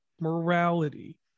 morality